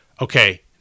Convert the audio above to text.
okay